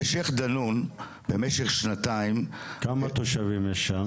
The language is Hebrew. בשייח' דנון במשך שנתיים --- כמה תושבים יש שם?